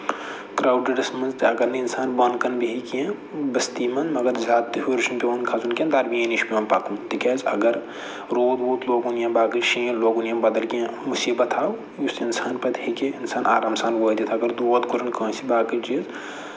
کرٛاوڈٕڈَس منٛز تہِ اَگر نہٕ اِنسان بۄنہٕ کَنہِ بیٚہہِ کِہیٖنۍ بٔستی منٛز مَگر زیادٕ تہِ ہیوٚر چھُنہٕ پٮ۪وان کھسُن کیٚنٛہہ درمِیٲنی چھِ پٮ۪وان پَکُن تِکیٛازِ اَگر روٗد ووٗد لوگُن یا باقٕے شیٖن لوگُن یا بَدل کیٚنٛہہ مُصیٖبَت آو یُس اِنسان پَتہٕ ہیٚکہِ اِنسان آرام سان وٲتِتھ اَگر دود کوٚرُن کٲنٛسہِ باقٕے چیٖز